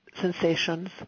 sensations